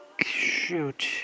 Shoot